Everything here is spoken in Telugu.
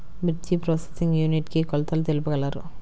మిర్చి ప్రోసెసింగ్ యూనిట్ కి కొలతలు తెలుపగలరు?